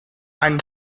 einen